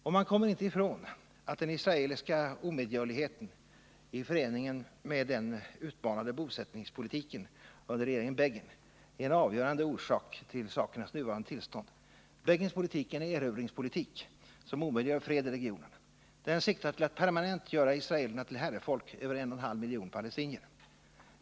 Och man kommer inte ifrån att den israeliska omedgörligheten i förening med den utmanande bosättningspolitiken under regeringen Begin är en avgörande orsak till sakernas nuvarande tillstånd. Begins politik är en erövringspolitik som omöjliggör fred i regionen. Den siktar till att permanent göra israelerna till herrefolk över 1,5 miljon palestinier.